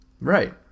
Right